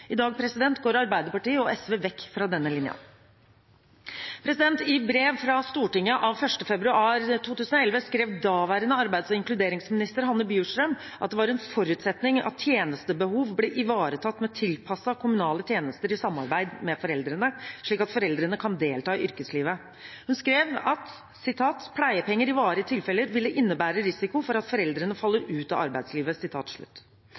I dag går Arbeiderpartiet og SV vekk fra denne linja. I brev til Stortinget av 1. februar 2011 skrev daværende arbeids- og inkluderingsminister Hanne Bjurstrøm at det var en forutsetning at tjenestebehov ble ivaretatt ved tilpassede kommunale tjenester i samarbeid med foreldrene, slik at foreldrene kan delta i yrkeslivet. Hun skrev: «Pleiepenger i varige tilfeller ville innebære risiko for at foreldrene